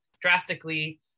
drastically